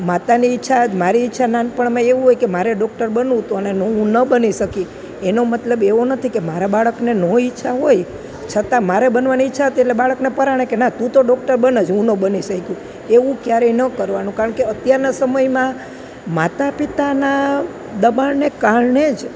માતાની ઈચ્છા મારી ઈચ્છા નાનપણમાં એવું હોય કે મારે ડોક્ટર બનવું હતું અને હું ન બની શકી એનો મતલબ એવો નથી કે મારાં બાળકને ન ઈચ્છા હોય છતાં મારે બનવાની ઈચ્છા હતી એટલે બાળકને પરાણે કે ના તું તો ડોક્ટર બન જ હું ન બની શકી એવું ક્યારેય ન કરવાનું કારણ કે અત્યારના સમયમાં માતા પિતાનાં દબાણને કારણે જ